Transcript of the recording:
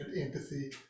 empathy